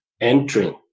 entering